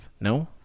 no